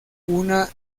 una